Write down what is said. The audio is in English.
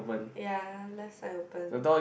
ya left side open